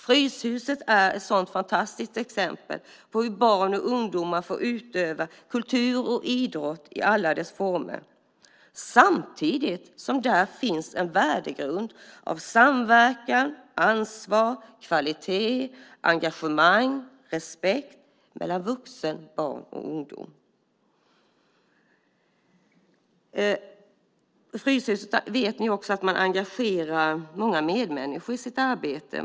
Fryshuset är ett fantastiskt exempel på hur barn och ungdomar får utöva kultur och idrott i alla dess former samtidigt som där finns en värdegrund av samverkan, ansvar, kvalitet, engagemang och respekt mellan vuxen och ung. Fryshuset engagerar också många medmänniskor i sitt arbete.